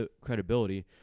credibility